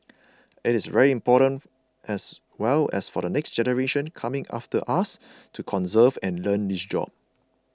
it is very important as well for the next generation coming after us to conserve and learn this job